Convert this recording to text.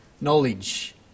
knowledge